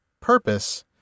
purpose –